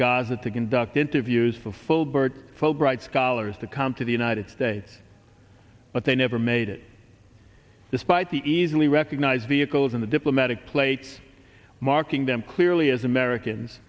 gaza to conduct interviews for full bird bright scholars to come to the united states but they never made it despite the easily recognized vehicles in the diplomatic plates marking them clearly as americans